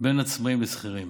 בין עצמאים לשכירים